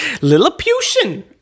Lilliputian